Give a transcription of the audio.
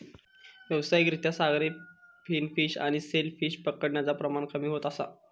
व्यावसायिक रित्या सागरी फिन फिश आणि शेल फिश पकडण्याचा प्रमाण कमी होत असा